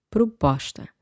Proposta